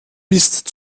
mist